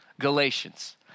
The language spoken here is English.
Galatians